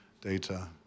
data